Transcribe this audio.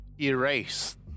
erase